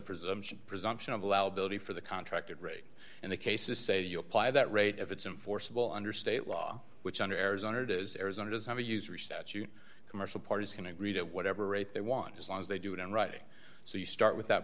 presumption presumption of allow belief or the contracted rate and the cases say you apply that rate if it's in forcible under state law which under arizona to arizona does have a user statute commercial parties can agreed at whatever rate they want as long as they do it in writing so you start with that